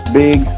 big